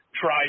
try